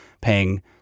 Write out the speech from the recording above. paying